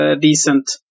decent